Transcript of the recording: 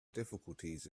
difficulties